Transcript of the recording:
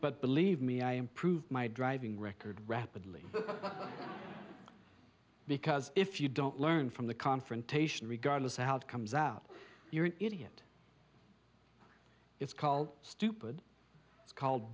but believe me i improved my driving record rapidly because if you don't learn from the confrontation regardless of how it comes out you're an idiot it's called stupid it's called